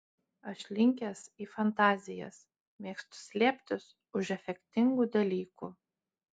aš linkęs į fantazijas mėgstu slėptis už efektingų dalykų